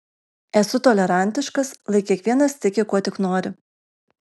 esu tolerantiškas lai kiekvienas tiki kuo tik nori